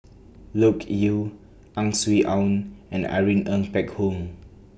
Loke Yew Ang Swee Aun and Irene Ng Phek Hoong